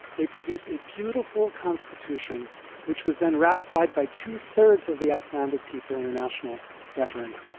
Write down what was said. they produced a beautiful constitution which was then ratified by two-thirds of the icelandic people in a national referendum.